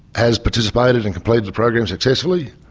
has participated and completed the program successfully.